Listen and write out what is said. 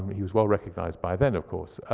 he was well-recognized by then, of course.